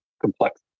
complex